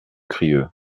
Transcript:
crieu